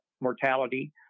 mortality